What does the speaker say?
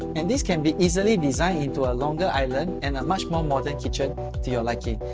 and, this can be easily designed into a longer island, and a much more modern kitchen to your liking.